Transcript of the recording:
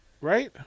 Right